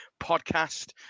podcast